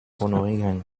honorieren